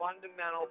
fundamental